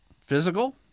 physical